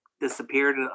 Disappeared